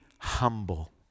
humble